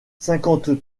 cinquante